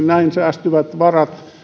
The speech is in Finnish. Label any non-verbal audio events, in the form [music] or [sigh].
[unintelligible] näin säästyvät varat